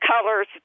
colors